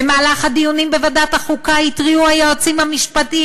במהלך הדיונים בוועדת החוקה התריעו היועצים המשפטיים